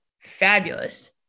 fabulous